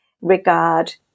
regard